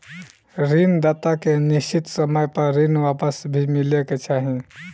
ऋण दाता के निश्चित समय पर ऋण वापस भी मिले के चाही